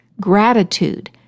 gratitude